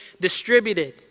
distributed